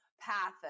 path